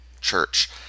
church